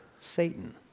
Satan